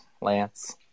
Lance